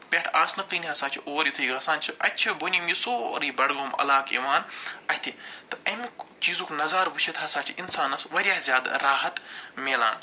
پٮ۪ٹھ آسنہٕ کِنۍ ہَسا چھِ اور یُتھٕے گژھان چھِ اَتہِ چھِ بوٚنِم یہِ سورٕے بڈگوم علاقہٕ یِوان اَتھِ تہٕ اَمیُک چیٖزُک نظارٕ وٕچھِتھ ہَسا چھِ اِنسانس وارِیاہ زیادٕ راحت مِلان